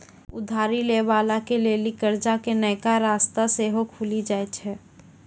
उधारी लै बाला के लेली कर्जा के नयका रस्ता सेहो खुलि जाय छै